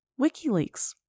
WikiLeaks